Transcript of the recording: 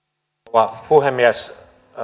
rouva puhemies